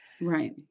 Right